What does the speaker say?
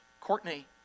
Courtney